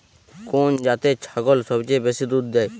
কোন জাতের ছাগল সবচেয়ে বেশি দুধ দেয়?